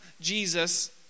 Jesus